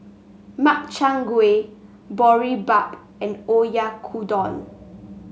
Makchang Gui Boribap and Oyakodon